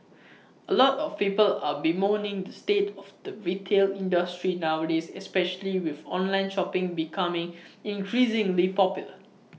A lot of people are bemoaning the state of the retail industry nowadays especially with online shopping becoming increasingly popular